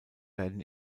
werden